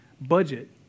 budget